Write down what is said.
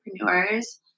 entrepreneurs